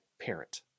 parent